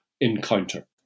encounter